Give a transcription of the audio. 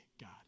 God